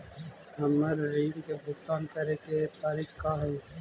हमर ऋण के भुगतान करे के तारीख का हई?